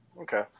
Okay